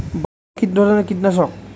বায়োগ্রামা কিধরনের কীটনাশক?